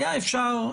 היה אפשר,